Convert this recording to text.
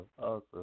awesome